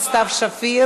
הכנסת יואל